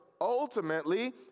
Ultimately